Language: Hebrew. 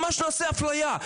ממש נעשה אפליה.